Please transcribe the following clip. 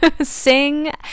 Sing